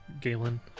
Galen